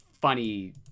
funny